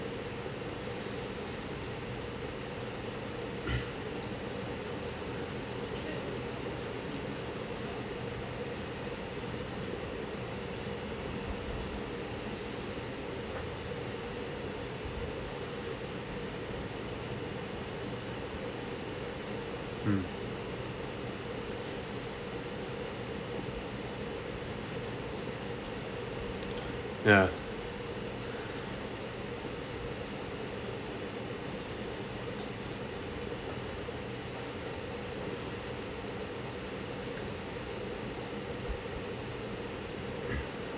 mm ya